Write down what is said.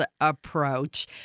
approach